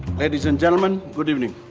ladies and gentlemen, good evening.